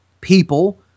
people